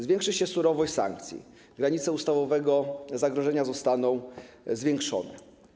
Zwiększy się surowość sankcji, granice ustawowego zagrożenia zostaną poszerzone.